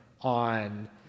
on